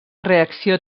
reacció